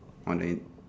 on the end